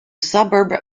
suburb